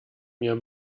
mir